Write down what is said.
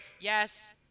yes